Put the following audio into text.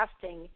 casting